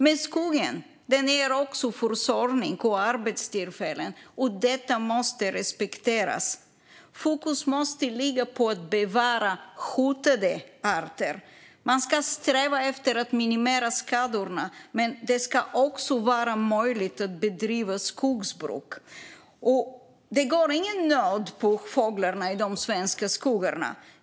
Men skogen ger också försörjning och arbetstillfällen. Detta måste respekteras. Fokus måste ligga på att bevara hotade arter. Man ska sträva efter att minimera skadorna. Men det ska också vara möjligt att bedriva skogsbruk. Det går ingen nöd på fåglarna i de svenska skogarna.